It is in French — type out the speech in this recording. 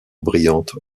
brillantes